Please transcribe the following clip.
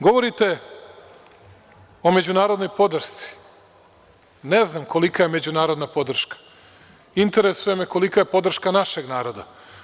Govorite o međunarodnoj podršci, ne znam kolika je međunarodna podrška, interesuje me kolika je podrška našeg naroda.